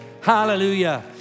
Hallelujah